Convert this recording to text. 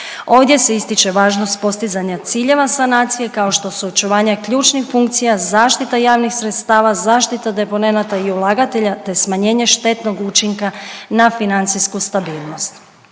Ovdje se ističe važnost postizanja ciljeva sanacije kao što su očuvanje ključnih funkcija, zaštita javnih sredstava, zaštita deponenata i ulagatelja te smanjenje štetnog učinka na financijsku stabilnost.